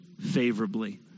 favorably